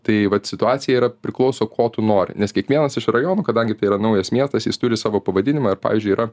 tai vat situacija yra priklauso ko tu nori nes kiekvienas iš rajonų kadangi tai yra naujas miestas jis turi savo pavadinimą ir pavyzdžiui yra